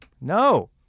No